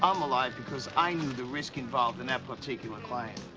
um alive because i knew the risk involved in that particular client.